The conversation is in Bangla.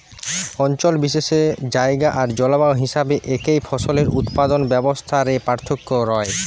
অঞ্চল বিশেষে জায়গা আর জলবায়ু হিসাবে একই ফসলের উৎপাদন ব্যবস্থা রে পার্থক্য রয়